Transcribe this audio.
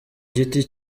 giti